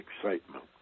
excitement